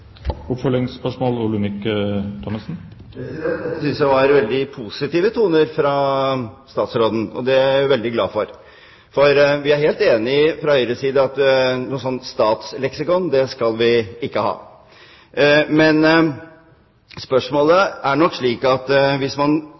Dette synes jeg var veldig positive toner fra statsråden, og det er jeg veldig glad for. Fra Høyres side er vi helt enig i at noe statsleksikon skal vi ikke ha. Problemet for Store norske leksikon er jo den kostnaden som ligger i å ha en kvalitetssikret utgave, for det betyr at man